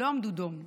לא עמדו דום,